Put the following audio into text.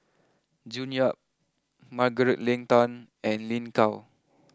June Yap Margaret Leng Tan and Lin Gao